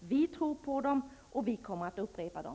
Vi tror på dem, herr talman, och vi kommer att upprepa dem.